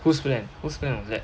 whose plan whose plan was that